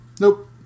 Nope